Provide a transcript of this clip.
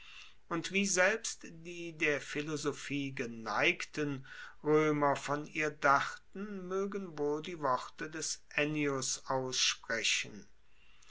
und wie selbst die der philosophie geneigten roemer von ihr dachten moegen wohl die worte des ennius aussprechen